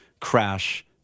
crash